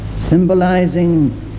symbolizing